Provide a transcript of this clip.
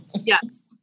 Yes